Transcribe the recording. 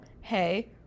hey